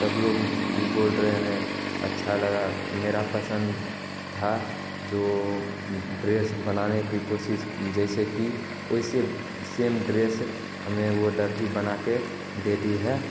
सब लोग भी बोल रहे हैं अच्छा लगा मेरा पसंद था जो ड्रेस बनाने की कोशिश जैसे की वैसे सेम ड्रेस हमें वह दर्ज़ी बना कर दे दी है